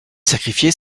sacrifier